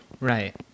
right